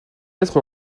être